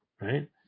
right